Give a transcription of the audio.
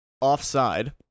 offside